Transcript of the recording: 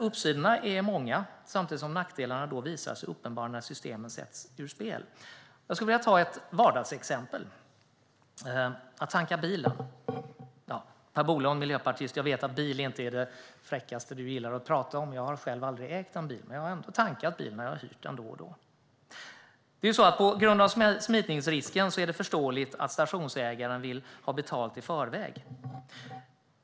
Uppsidorna är många, samtidigt som nackdelarna visar sig uppenbara när systemen sätts ur spel. Jag skulle vilja ta ett vardagsexempel: att tanka bilen. Per Bolund är miljöpartist - jag vet att bil inte är det du tycker är fräckast att prata om. Jag har själv aldrig ägt en bil, men jag har ändå tankat när jag har hyrt en då och då. På grund av smitningsrisken är det förståeligt att stationsägaren vill ha betalt i förväg.